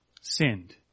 sinned